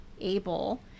able